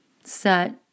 set